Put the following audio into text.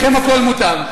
לכם הכול מותר.